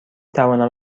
توانم